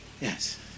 Yes